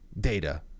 data